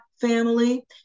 family